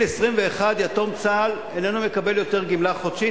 21 יתום צה"ל איננו מקבל גמלה חודשית,